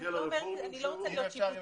אני לא רוצה להיות שיפוטית,